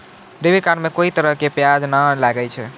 debit card मे कोई तरह के ब्याज नाय लागै छै